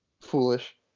Foolish